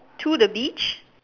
to the beach